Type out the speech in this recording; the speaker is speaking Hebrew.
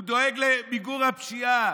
הוא דואג למיגור הפשיעה,